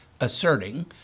asserting